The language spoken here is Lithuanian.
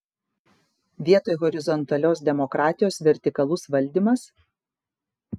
vietoj horizontalios demokratijos vertikalus valdymas